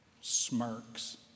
smirks